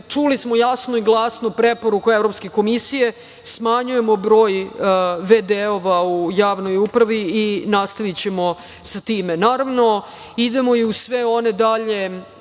čuli smo jasno i glasno preporuku Evropske komisije. Smanjujemo broj v.d. u javnoj upravi i nastavićemo sa tim. Naravno, idemo i u sve one dalje